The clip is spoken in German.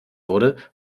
wurde